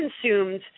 consumed